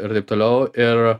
ir taip toliau ir